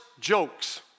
jokes